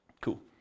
Cool